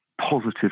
positive